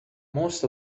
most